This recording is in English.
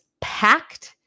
packed